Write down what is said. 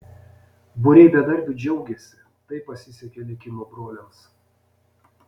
būriai bedarbių džiaugiasi tai pasisekė likimo broliams